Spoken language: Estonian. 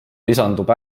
lisandub